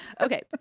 okay